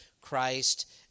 Christ